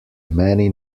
many